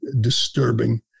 disturbing